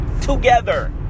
together